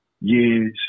years